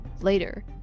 Later